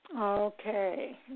Okay